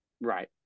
Right